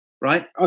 Right